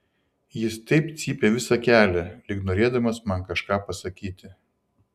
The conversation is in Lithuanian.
jis taip cypė visą kelią lyg norėdamas man kažką pasakyti